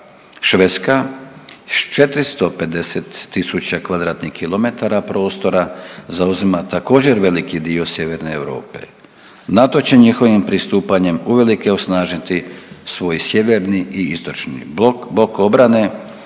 Švedska s 450.000 km2 prostora zauzima također veliki dio Sjeverne Europe. NATO će njihovim pristupanjem uvelike osnažiti svoj sjeverni i istočni blok, bok obrane,